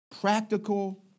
practical